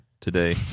today